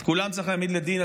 את כולם צריך להעמיד לדין,